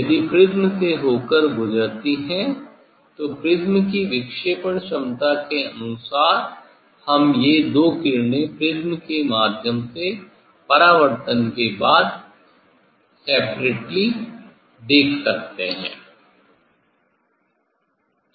यदि प्रिज़्म से होकर गुजरता है तो प्रिज़्म की विक्षेपण क्षमता के अनुसार हम ये दो किरणे प्रिज़्म के माध्यम से परावर्तन के बाद सेपरटेली देख सकते हैं